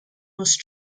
must